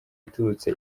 iturutse